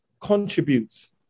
contributes